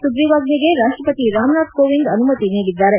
ಸುಗ್ರಿವಾಜ್ಞೆಗೆ ರಾಷ್ಟಪತಿ ರಾಮನಾಥ್ಕೋವಿಂದ್ ಅನುಮತಿ ನೀಡಿದ್ದಾರೆ